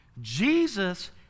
Jesus